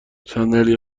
صندلی